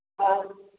हा